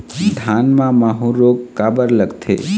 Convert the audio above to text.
धान म माहू रोग काबर लगथे?